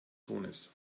sohnes